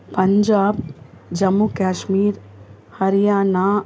Punjab Jammu Kashmir Haryana